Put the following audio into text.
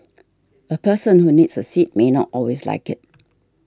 a person who needs a seat may not always like it